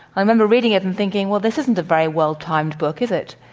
i remember reading it and thinking, well, this isn't a very well-timed book, is it?